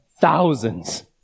thousands